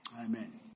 Amen